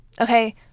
Okay